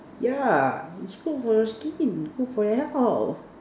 yeah is good for your skin good for your health